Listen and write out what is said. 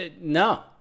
No